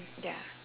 ya